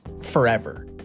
forever